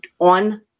on